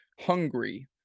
hungry